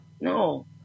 no